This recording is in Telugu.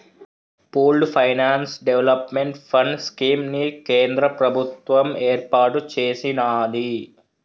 pooled finance development fund scheme ని కేంద్ర ప్రభుత్వం ఏర్పాటు చేసినాది